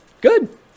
Good